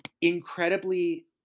incredibly